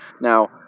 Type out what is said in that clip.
Now